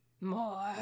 More